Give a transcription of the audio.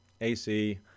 AC